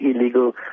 illegal